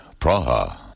Praha